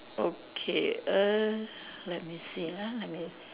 okay err let me see ah let me